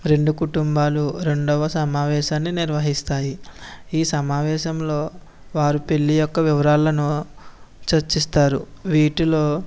రెండు కుటుంబాలు రెండవ సమావేశాన్ని నిర్వహిస్తాయి ఈ సమావేశంలో వారు పెళ్లి యొక్క వివరాలను చర్చిస్తారు వీటిలో